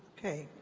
okay.